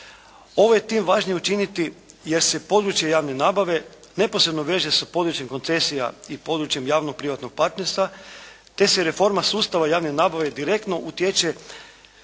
Ovo je tim važnije učiniti jer se područje javne nabave neposredno veže sa područjem koncesija i područjem javnog privatnog partnerstva te se reforma sustava javne nabave direktno utječe